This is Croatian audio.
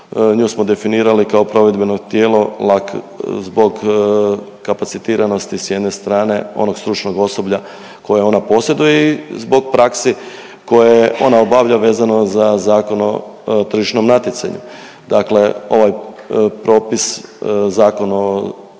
Nju smo definirali kao provedbeno tijelo zbog kapacitiranosti s jedne strane, onog stručnog osoblja koje ona posjeduje i zbog praksi koje ona obavlja vezano za Zakon o tržišnom natjecanju. Dakle ovaj propis, Zakon o